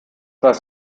weiß